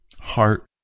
heart